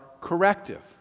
corrective